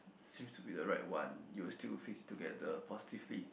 seems to be the right one you will still fix together positively